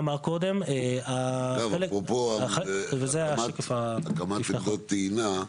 אגב, אפרופו הקמת עמדות טעינה,